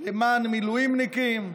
למען מילואימניקים.